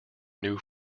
new